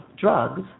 drugs